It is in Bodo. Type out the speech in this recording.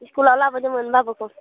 स्कुलाव लाबोदोंमोन बाबुखौ